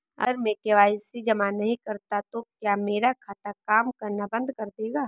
अगर मैं के.वाई.सी जमा नहीं करता तो क्या मेरा खाता काम करना बंद कर देगा?